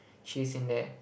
cheese in there